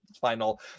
final